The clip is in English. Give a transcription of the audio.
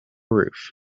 roof